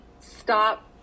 stop